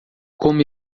como